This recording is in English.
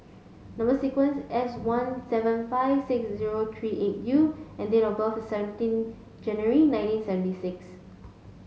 number sequence S one seven five six zero three eight U and date of birth is seventeen January nineteen seventy six